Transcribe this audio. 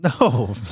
No